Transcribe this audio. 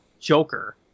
Joker